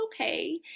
okay